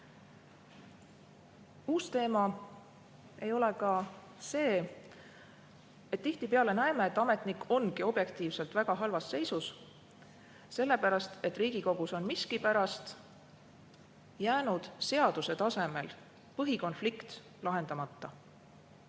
Uus teema ei ole ka see, et tihtipeale näeme, et ametnik ongi objektiivselt väga halvas seisus põhjusel, et Riigikogus on miskipärast jäänud seaduse tasemel põhikonflikt lahendamata.